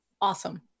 Awesome